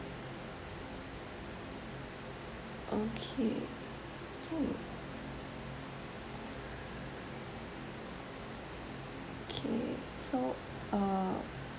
okay okay so uh